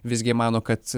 visgi mano kad